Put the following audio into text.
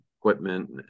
equipment